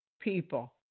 people